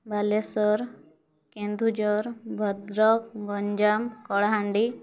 Balasore Keonjhar Bhadrak Ganjam Kalahandi